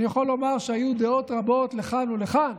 אני יכול לומר שהיו דעות רבות לכאן ולכאן,